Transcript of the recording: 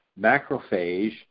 macrophage